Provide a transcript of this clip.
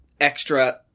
extra